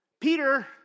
Peter